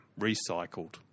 Recycled